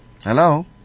Hello